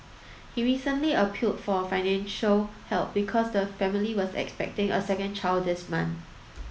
he recently appealed for financial help because the family was expecting a second child this month